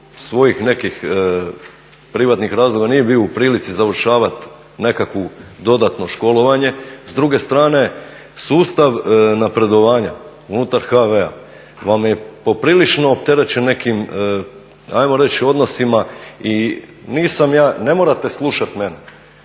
svojih nekih privatnih razloga nije bio u prilici završavat nekakvo dodatno školovanje. S druge strane, sustav napredovanja unutar HV-a vam je poprilično opterećen nekim ajmo reći odnosima i nisam ja, ne morate slušat mene,